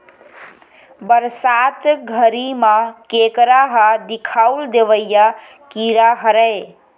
बरसात घरी म केंकरा ह दिखउल देवइया कीरा हरय